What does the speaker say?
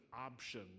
option